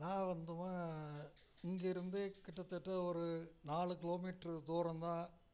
நான் வந்துமா இங்கேயிருந்து கிட்டத்தட்ட ஒரு நாலு கிலோ மீட்டர் தூரந்தான்